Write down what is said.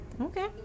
Okay